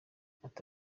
ati